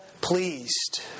pleased